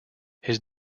his